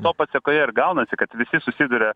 to pasekoje ir gaunasi kad visi susiduria